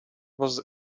was